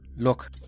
Look